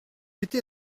étais